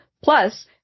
Plus